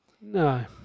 No